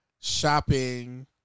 shopping